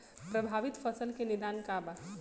प्रभावित फसल के निदान का बा?